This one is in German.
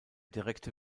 direkte